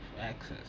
access